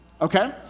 Okay